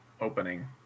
opening